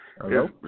Hello